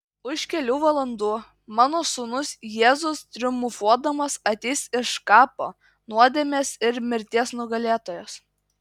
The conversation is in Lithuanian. už kelių valandų mano sūnus jėzus triumfuodamas ateis iš kapo nuodėmės ir mirties nugalėtojas